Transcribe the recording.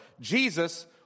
Jesus